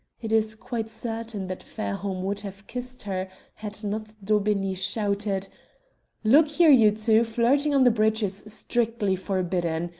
it is quite certain that fairholme would have kissed her had not daubeney shouted look here, you two, flirting on the bridge is strictly forbidden.